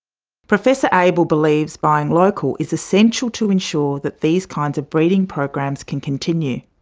professor able believes buying local is essential to ensure that these kinds of breeding programs can continue.